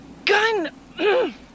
Gun